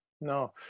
no